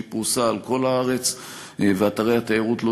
שהיא פרוסה על כל הארץ ואתרי התיירות לא